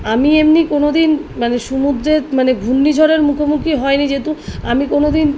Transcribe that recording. আমি এমনি কোনো দিন মানে সমুদ্রের মানে ঘূর্ণি ঝড়ের মুখোমুখি হয় নি যেহেতু আমি কোনো দিন